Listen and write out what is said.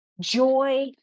joy